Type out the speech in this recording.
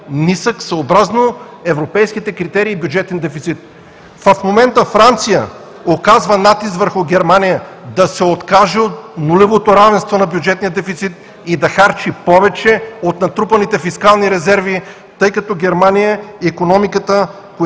нисък, съобразно европейските критерии бюджетен дефицит. В момента Франция оказва натиск върху Германия да се откаже от нулевото равенство на бюджетния дефицит и да харчи повече от натрупаните фискални резерви, тъй като Германия е икономиката, която е